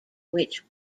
which